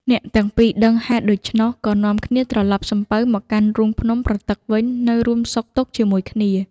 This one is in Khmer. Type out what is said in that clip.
អ្នកទាំងពីរដឹងហេតុដូច្នោះ ក៏នាំគ្នាត្រឡប់សំពៅមកកាន់រូងភ្នំប្រទឹកវិញ នៅរួមសុខទុក្ខជាមួយគ្នា ។